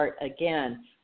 again